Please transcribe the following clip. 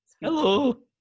Hello